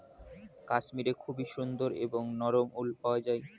কাশ্মীরে খুবই সুন্দর এবং নরম উল পাওয়া যায়